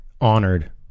honored